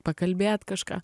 pakalbėt kažką